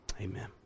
amen